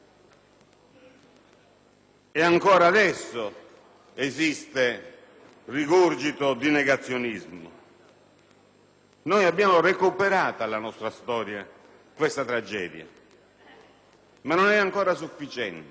Ancora adesso esiste un rigurgito di negazionismo. Abbiamo recuperato alla nostra storia questa tragedia, ma non è ancora sufficiente.